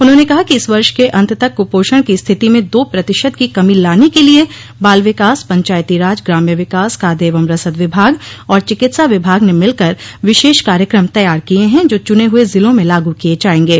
उन्होंने कहा कि इस वर्ष के अन्त तक कुपोषण की स्थिति में दो प्रतिशत की कमी लाने के लिए बाल विकास पंचायती राज ग्राम्य विकास खाद्य एवं रसद विभाग और चिकित्सा विभाग ने मिलकर विशेष कार्यक्रम तैयार किये हैं जो चुने हुए जिलों में लागू किये जायेंगे